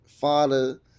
father